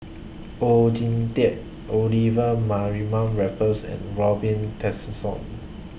Oon Jin Teik Olivia Mariamne Raffles and Robin Tessensohn